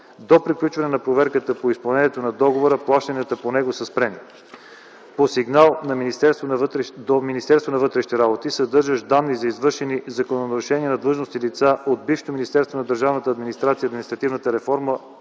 До приключване на проверката по изпълнението на договора, плащанията по него са спрени. По сигнал до Министерството на вътрешните работи, съдържащ данни за извършени закононарушения на длъжностни лица от бившето Министерство на държавната администрация и административната реформа,